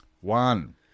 One